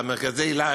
על מרכזי היל"ה,